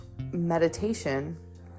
meditation